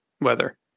weather